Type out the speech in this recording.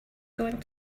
going